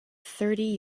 thirty